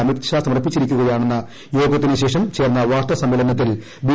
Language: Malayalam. അമിത്ഷാ സ്മർപ്പിച്ചിരിക്കുകയാണെന്ന് യോഗത്തിനുശേഷം ചേർന്ന് പ്വാർത്താസമ്മേളനത്തിൽ ബി